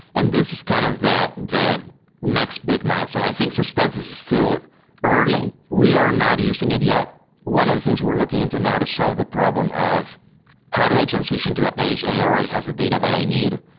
and this kind of the the next big mile. so i think suspense is is still early. we are not using it yet. one of the things we're looking into now to solve the problem of how do i transition to a page and it already has the data that i need,